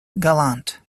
gallant